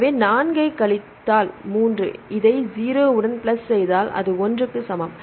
எனவே 4 ஐ கழித்தால் 3 இதை 0 உடன் பிளஸ் செய்தால் அது 1 க்கு சமம்